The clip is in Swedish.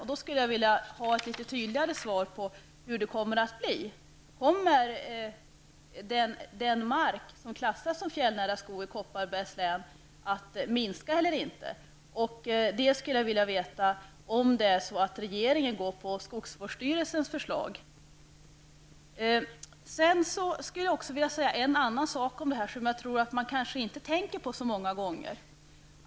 Därför skulle jag vilja ha litet tydligare besked om hur det kommer att bli. Sedan skulle jag vilja säga en annan sak om detta som jag tror att man inte tänker på så många gånger.